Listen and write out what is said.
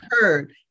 heard